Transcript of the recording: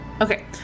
Okay